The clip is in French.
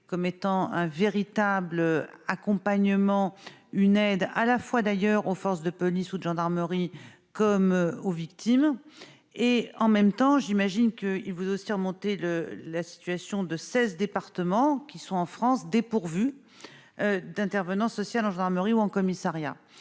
comme étant un véritable accompagnement une aide à la fois d'ailleurs aux forces de police ou de gendarmerie comme aux victimes et en même temps, j'imagine qu'il vous aussi remonter le la situation de 16 départements qui sont en France dépourvue d'intervenants social en gendarmerie ou un commissariat